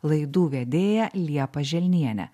laidų vedėją liepą želnienę